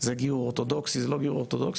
זה גיור אורתודוקסי, זה לא גיור אורתודוקסי.